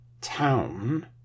town